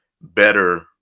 better